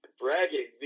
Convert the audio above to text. bragging